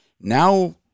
now